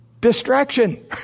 distraction